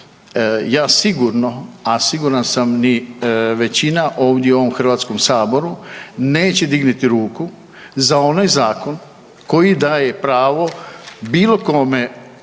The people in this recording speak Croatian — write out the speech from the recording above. Ja sigurno, a siguran sam ni većina ovdje u ovom Hrvatskom saboru neće dignuti ruku za onaj zakon koji daje pravo bilo kome,